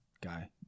Guy